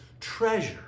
treasure